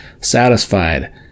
satisfied